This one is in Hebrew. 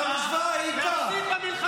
אתה לא יכול,